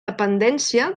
dependència